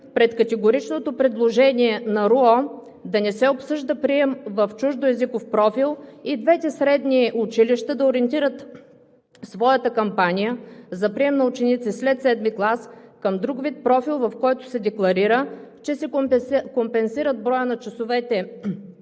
пред категоричното предложение на РУО да не се обсъжда прием в чуждоезиков профил и двете средни училища да ориентират своята кампания за прием на ученици след VII клас към друг вид профил, в който се декларира, че се компенсира броят на часовете